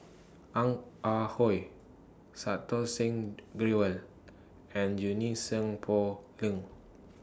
Ong Ah Hoi Santokh Singh Grewal and Junie Sng Poh Leng